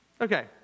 Okay